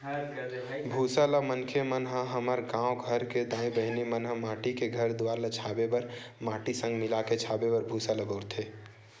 भूसा ल मनखे मन ह हमर गाँव घर के दाई बहिनी मन ह माटी के घर दुवार ल छाबे बर माटी संग मिलाके छाबे बर भूसा ल बउरथे